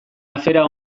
afera